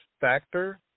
Factor